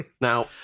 now